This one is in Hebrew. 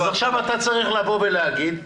אז עכשיו אתה צריך לבוא ולהגיד,